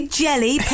jelly